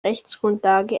rechtsgrundlage